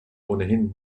ohnehin